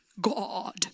god